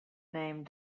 name